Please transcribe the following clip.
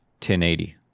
1080